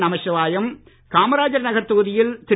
நமசிவாயம் காமராஜ் நகர் தொகுதியில் திரு